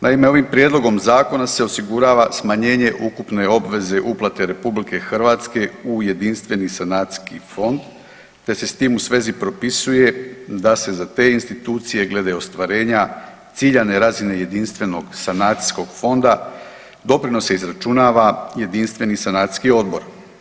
Naime ovim prijedlogom zakona se osigurava smanjenje ukupne obveze uplate RH u jedinstveni sanacijski fond, te se s tim u svezi propisuje da se za te institucije glede ostvarenja ciljane razine jedinstvenog sanacijskog fonda doprinos izračunava jedinstveni sanacijski odbor.